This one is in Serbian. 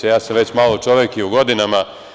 Ja sam već malo čovek i u godinama.